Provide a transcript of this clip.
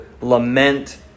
lament